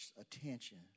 attention